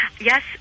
Yes